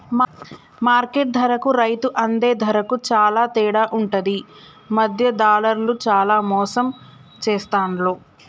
market ధరకు రైతు అందే ధరకు చాల తేడా ఉంటది మధ్య దళార్లు చానా మోసం చేస్తాండ్లు